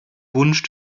wunsch